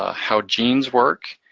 ah how genes work,